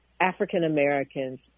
African-Americans